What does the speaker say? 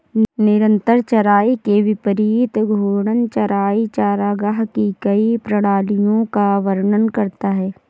निरंतर चराई के विपरीत घूर्णन चराई चरागाह की कई प्रणालियों का वर्णन करता है